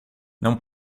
não